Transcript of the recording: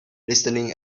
listening